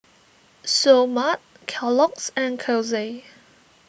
Seoul Mart Kellogg's and Kose